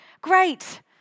Great